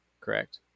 correct